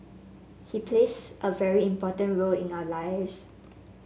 he plays a very important role in our lives